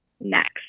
next